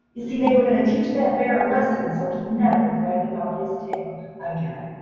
you see, they were going to teach that bear a lesson so he never bragged about his tail again.